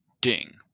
ding